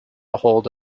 ahold